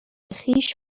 خویش